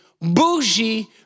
bougie